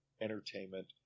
entertainment